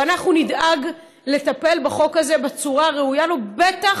ואנחנו נדאג לטפל בחוק הזה בצורה הראויה לו, בטח,